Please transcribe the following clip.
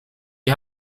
die